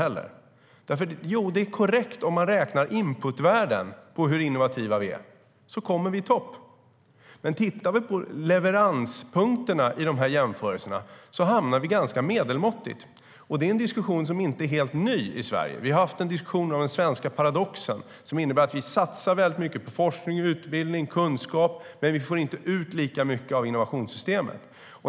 Det är korrekt om man räknar inputvärden på hur innovativa vi är. Då kommer Sverige i topp. Men om man tittar på leveranspunkterna i jämförelserna hamnar vi ganska medelmåttigt. Det är en diskussion som inte är helt ny i Sverige. Vi har haft en diskussion om den svenska paradoxen, som innebär att vi satsar mycket på forskning, utbildning och kunskap, men vi får inte ut lika mycket av innovationssystemet.